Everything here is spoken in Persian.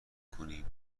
کنیم